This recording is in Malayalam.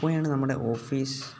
എപ്പോഴാണ് നമ്മുടെ ഓഫീസ്